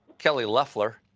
kelly loeffler.